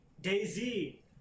Daisy